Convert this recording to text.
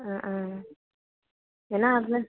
അ ആ എന്നാൽ ആട്ന്ന്